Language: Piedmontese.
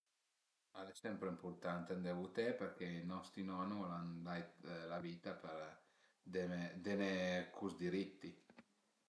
Al e sempre ëmpurtant andé vuté perché nostri nonu al an dait për deme dene cus diritti